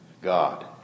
God